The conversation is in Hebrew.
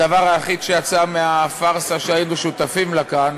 הדבר היחיד שיצא מהפארסה שהיינו שותפים לה כאן